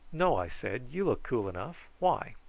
no, i said you look cool enough. why?